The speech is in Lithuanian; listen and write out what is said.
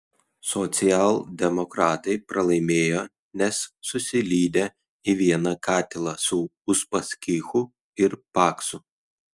socialdemokratai pralaimėjo nes susilydė į vieną katilą su uspaskichu ir paksu